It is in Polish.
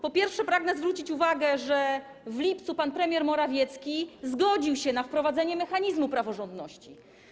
Po pierwsze, pragnę zwrócić uwagę, że w lipcu pan premier Morawiecki zgodził się na wprowadzenie mechanizmu praworządności.